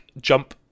jump